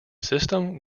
system